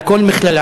על כל מכללה,